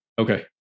Okay